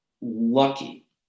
lucky